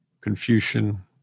Confucian